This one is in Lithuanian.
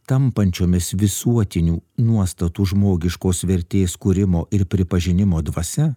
tampančiomis visuotinių nuostatų žmogiškos vertės kūrimo ir pripažinimo dvasia